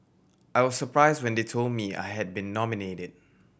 I was surprised when they told me I had been nominated